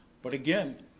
but again,